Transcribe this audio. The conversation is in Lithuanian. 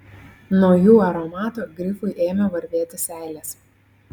nuo jų aromato grifui ėmė varvėti seilės